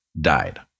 died